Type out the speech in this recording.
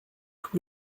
tous